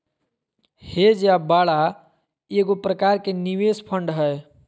hedge या बाड़ा एगो प्रकार के निवेश फंड हय